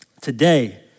Today